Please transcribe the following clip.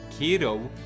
keto